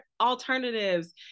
alternatives